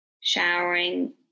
showering